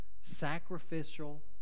sacrificial